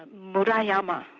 murayama,